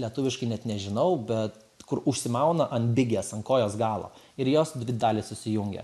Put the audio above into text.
lietuviškai net nežinau bet kur užsimauna ant bigės ant kojos galo ir jos dvi dalys susijungia